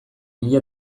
mila